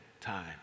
time